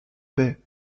baie